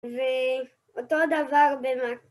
ואותו הדבר במ...